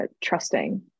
trusting